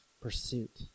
pursuit